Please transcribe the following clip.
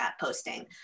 posting